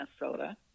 Minnesota